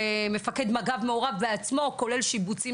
ושמפקד מג"ב מעורב בעצמו כולל שיבוצים